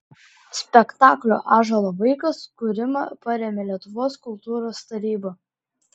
spektaklio ąžuolo vaikas kūrimą parėmė lietuvos kultūros taryba